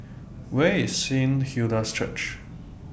Where IS Saint Hilda's Church